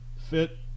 Fit